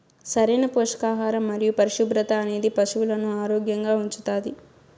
సరైన పోషకాహారం మరియు పరిశుభ్రత అనేది పశువులను ఆరోగ్యంగా ఉంచుతాది